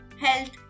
health